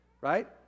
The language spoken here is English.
right